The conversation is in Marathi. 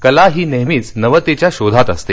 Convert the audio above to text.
कला ही नेहमीच नवतेच्या शोधात असते